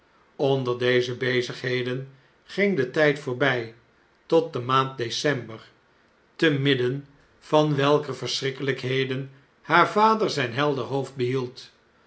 onder deze bezigheden ging de tjjd voorbjj tot de maand december te midden van welker verschrikkeljjkheden haar vader zjjn helder hoofd behield